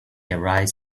arise